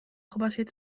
gebaseerd